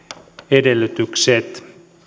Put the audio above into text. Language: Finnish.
edellytykset